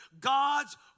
God's